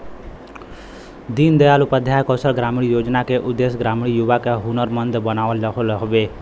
दीन दयाल उपाध्याय कौशल ग्रामीण योजना क उद्देश्य ग्रामीण युवा क हुनरमंद बनावल हउवे